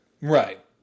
Right